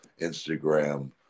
Instagram